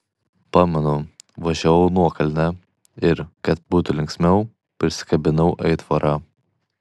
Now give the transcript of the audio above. pamenu važiavau nuokalne ir kad būtų linksmiau prisikabinau aitvarą